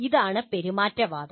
ഇതാണ് പെരുമാറ്റവാദം